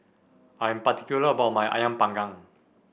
I am particular about my ayam Panggang